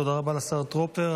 תודה רבה לשר טרופר.